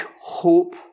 hope